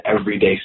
everyday